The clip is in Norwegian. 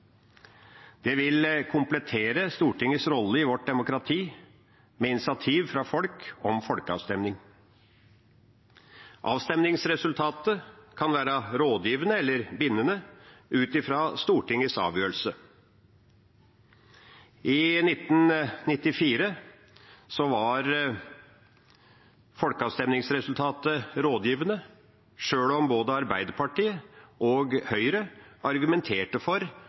vil komplettere Stortingets rolle i vårt demokrati. Avstemningsresultatet kan være rådgivende eller bindende ut fra Stortingets avgjørelse. I 1994 var folkeavstemningsresultatet rådgivende sjøl om både Arbeiderpartiet og Høyre argumenterte for